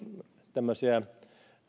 tämmöisiä